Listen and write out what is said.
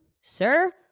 sir